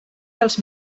dels